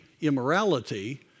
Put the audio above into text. immorality